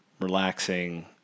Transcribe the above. relaxing